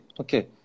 okay